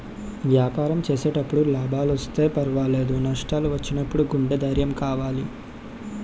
వ్యాపారం చేసేటప్పుడు లాభాలొస్తే పర్వాలేదు, నష్టాలు వచ్చినప్పుడు గుండె ధైర్యం కావాలి